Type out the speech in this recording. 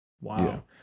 Wow